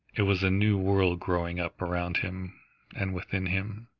it was a new world growing up around him and within him,